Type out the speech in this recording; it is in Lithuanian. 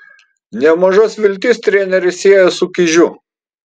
nemažas viltis treneris sieja su kižiu